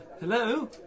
Hello